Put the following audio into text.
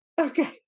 Okay